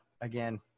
again